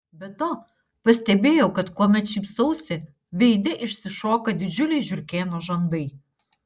be to pastebėjau kad kuomet šypsausi veide išsišoka didžiuliai žiurkėno žandai